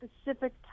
specific